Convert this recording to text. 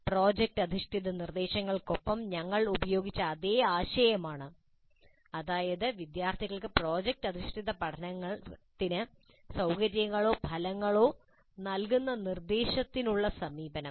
project അധിഷ്ഠിത നിർദ്ദേശങ്ങൾക്കൊപ്പം ഞങ്ങൾ ഉപയോഗിച്ച അതേ ആശയമാണ് അതായത് വിദ്യാർത്ഥികൾക്ക് പ്രോജക്റ്റ് അധിഷ്ഠിത പഠനത്തിന് സൌകര്യങ്ങളോ ഫലങ്ങളോ നൽകുന്ന നിർദ്ദേശത്തിനുള്ള സമീപനം